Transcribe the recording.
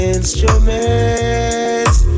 Instruments